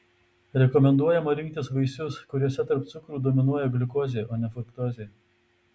rekomenduojama rinktis vaisius kuriuose tarp cukrų dominuoja gliukozė o ne fruktozė